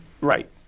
Right